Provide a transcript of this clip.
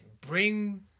bring